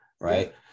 right